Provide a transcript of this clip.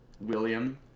William